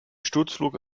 sturzflug